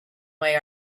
way